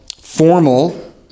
formal